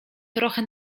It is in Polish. trochę